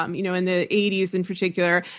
um you know in the eighty s in particular,